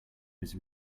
his